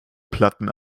platten